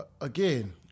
Again